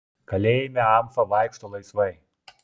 kalėjime amfa vaikšto laisvai